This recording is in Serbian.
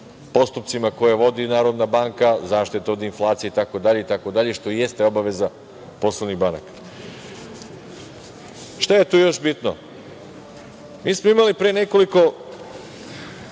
postupcima koje vodi Narodna banka, zaštitu od inflacije itd, što i jeste obaveza poslovnih banaka. Šta je tu još bitno? Mi smo imali pre nekoliko